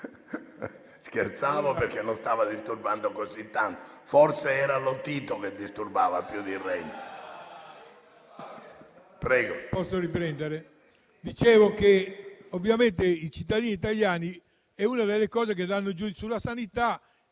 Scherzavo, perché non stava disturbando così tanto. Forse era Lotito che disturbava più di Renzi.